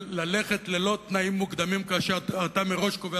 על הליכה ללא תנאים מוקדמים כאשר אתה מראש קובע